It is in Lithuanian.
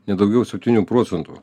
nedaugiau septynių procentų